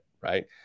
Right